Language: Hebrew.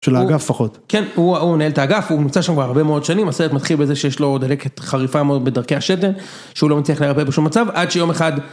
של האגף פחות. כן, הוא נהל את האגף, הוא נמצא שם כבר הרבה מאוד שנים, הסרט מתחיל בזה שיש לו דלקת חריפה מאוד בדרכי השתן, שהוא לא מצליח לרפא בשום מצב, עד שיום אחד...